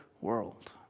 world